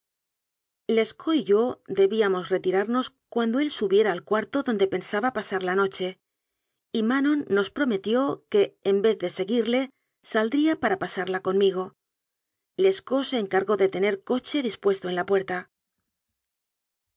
y yo debíamos retirarnos cuando él subiera al cuarto donde pensaba pasar la noche y manon nos prometió que en vez de seguirle saldría para pa sarla conmigo lescaut se encargó de tener un co che dispuesto en la puerta